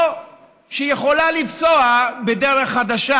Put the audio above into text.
או שהיא יכולה לפסוע בדרך חדשה?